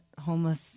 homeless